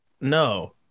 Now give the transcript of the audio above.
No